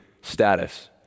status